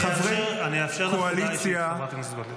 אני אאפשר לך הודעה אישית, חברת הכנסת גוטליב.